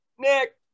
Nick